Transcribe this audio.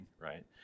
Right